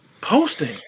posting